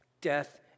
death